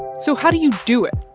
so how do you do it?